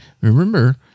remember